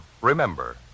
Remember